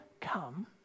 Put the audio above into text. come